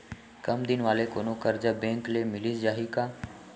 कम दिन वाले कोनो करजा बैंक ले मिलिस जाही का?